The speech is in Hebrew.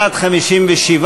בעד, 57,